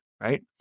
right